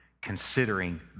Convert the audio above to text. considering